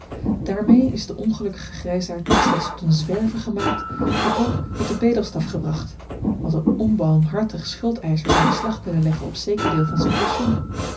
daarmee is de ongelukkige grijsaard niet slechts tot een zwerver gemaakt maar ook tot den bedelstaf gebracht want een onbarmhartig schuldeischer zou beslag kunnen leggen op zeker deel van zijn pensioen